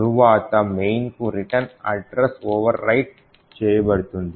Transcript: తరువాత mainకు return address overwrite చేయబడుతుంది